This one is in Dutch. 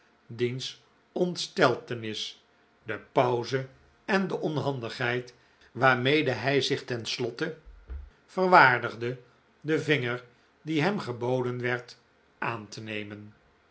diens ontsteltenis dc pauze en de onhandighcid waarmede hij zich ten slotte verwaardigde den vinger die hem geboden werd aan te nemen